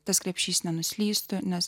tas krepšys nenuslystų nes